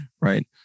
Right